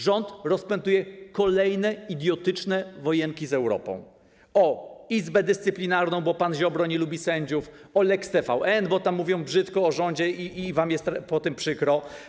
Rząd rozpętuje kolejne idiotyczne wojenki z Europą: o Izbę Dyscyplinarną, bo pan Ziobro nie lubi sędziów, o lex TVN, bo tam mówią brzydko o rządzie i wam jest potem przykro.